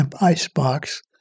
icebox